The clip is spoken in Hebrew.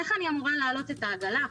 איך אני אמורה להעלות את העגלה?